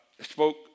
spoke